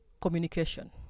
communication